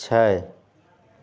छओ